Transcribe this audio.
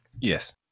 Yes